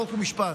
חוק ומשפט.